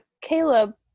caleb